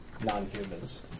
non-humans